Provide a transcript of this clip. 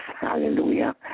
Hallelujah